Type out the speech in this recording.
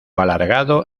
alargado